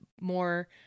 more